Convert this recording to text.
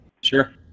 Sure